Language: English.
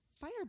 fire